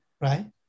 right